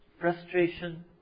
frustration